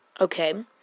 Okay